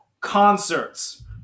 Concerts